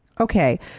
Okay